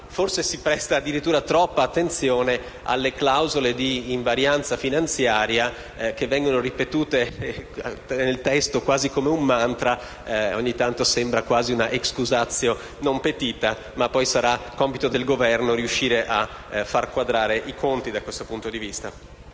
Forse si presta anche troppa attenzione alle clausole di invarianza finanziaria, che vengono ripetute nel testo, quasi come fossero un *mantra*: ogni tanto sembra quasi una *excusatio non petita*, ma sarà poi compito del Governo riuscire a far quadrare i conti, da questo punto di vista.